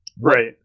Right